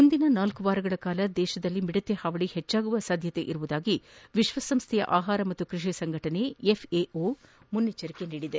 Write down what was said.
ಮುಂದಿನ ನಾಲ್ಕು ವಾರಗಳ ಕಾಲ ಭಾರತದಲ್ಲಿ ಮಿಡತೆ ಹಾವಳಿ ಹೆಚ್ಚಾಗುವ ಸಾಧ್ಯತೆ ಇದೆ ಎಂದು ವಿಶ್ವಸಂಸ್ವೆಯ ಆಹಾರ ಮತ್ತು ಕೃಷಿ ಸಂಘಟನೆ ಎಫ್ಎಒ ಮುನ್ಸೂಚನೆ ನೀಡಿದೆ